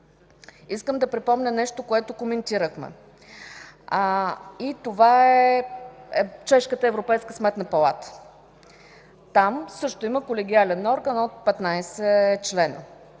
искам да припомня нещо, което коментирахме, и това е чешката Сметна палата. Там също има колегиален орган от 15 членове.